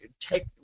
take